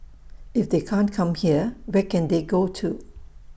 if they can't come here where can they go to